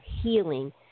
healing